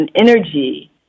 energy